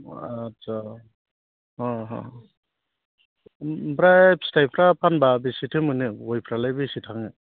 आट्चा अ अ ओमफ्राय फिथाइफ्रा फानोबा बेसेथो मोनो गयफ्रालाय बेसे थाङो